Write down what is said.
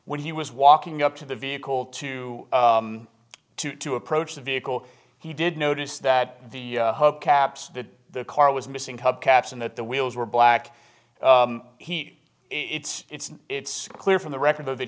when he was walking up to the vehicle to two to approach the vehicle he did notice that the hubcaps of the car was missing hubcaps and that the wheels were black he it's it's it's clear from the record of it